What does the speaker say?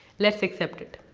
let's accept it.